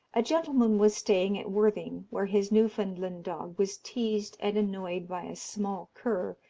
a gentleman was staying at worthing, where his newfoundland dog was teased and annoyed by a small cur,